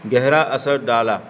گہرا اثر ڈالا